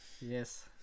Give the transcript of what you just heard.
Yes